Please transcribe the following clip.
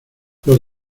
los